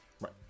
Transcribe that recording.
Right